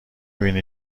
بینی